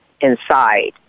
inside